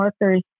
workers